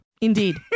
indeed